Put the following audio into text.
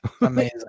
Amazing